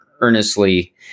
earnestly